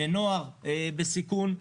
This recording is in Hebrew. לנוער בסיכון.